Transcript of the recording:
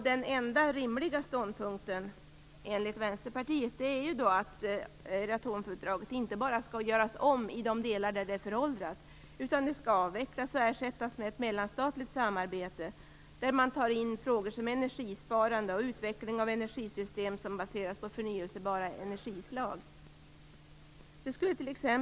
Den enda rimliga ståndpunkten enligt Vänsterpartiet är att Euratomfördraget inte bara skall göras om i de delar det är föråldrat, utan skall avvecklas och ersättas med ett mellanstatligt samarbete. Frågor om energisparande och utveckling av energisystem som baserar sig på förnybara energislag skall behandlas.